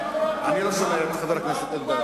אני לא שומע את חבר הכנסת אלדד.